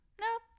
nope